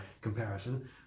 comparison